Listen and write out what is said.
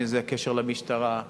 אם זה הקשר למשטרה.